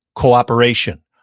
cooperation,